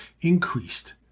increased